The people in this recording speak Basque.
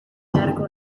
beharko